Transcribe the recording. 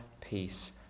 peace